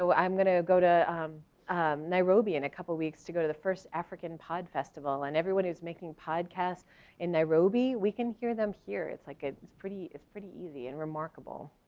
i'm gonna go to nairobi in a couple weeks to go to the first african pod festival and everyone who's making podcasts in nairobi, we can hear them here. it's like a it's pretty, it's pretty easy and remarkable.